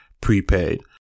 prepaid